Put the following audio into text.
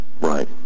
Right